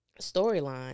storyline